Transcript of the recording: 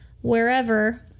wherever